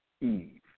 Eve